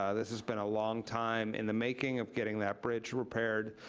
ah this has been a long time in the making of getting that bridge repaired.